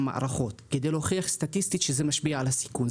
מערכות כדי להוכיח סטטיסטית שזה משפיע על הסיכון.